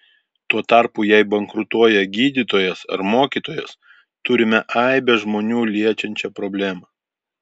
tuo tarpu jei bankrutuoja gydytojas ar mokytojas turime aibę žmonių liečiančią problemą